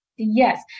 Yes